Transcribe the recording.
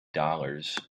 dollars